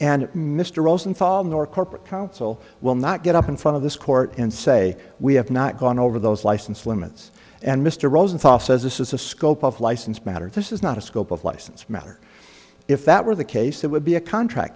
and mr rosenthal nor corporate counsel will not get up in front of this court and say we have not gone over those license limits and mr rosenthal says this is the scope of license matters this is not a scope of license matter if that were the case it would be a contract